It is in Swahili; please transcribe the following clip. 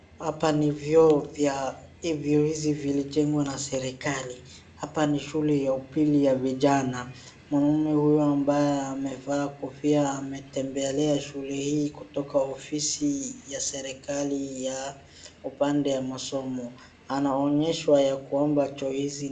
Hapa ni vyoo, vyoo hivi vilijengwa na serikali. Hapa ni shule ya pili ya vijana. Mwanaume huyu ambaye amevaa kofia ametembelea shule hii kutoka ofisi ya serikali ya upoande ya masomo. Anaonyeshwa ya kwamba choo hizi.